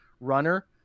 runner